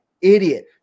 idiot